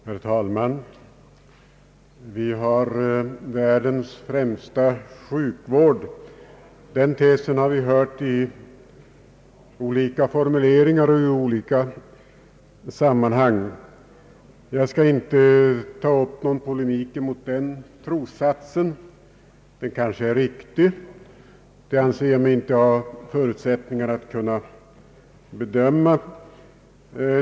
Herr talman! Vi har världens främsta sjukvård. — Den tesen har vi hört i olika formuleringar och i olika sammanhang. Jag skall inte ta upp någon polemik däremot. Den kanske är riktig. Jag anser mig inte ha förutsättningar att bedöma det.